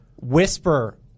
whisper